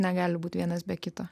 negali būti vienas be kito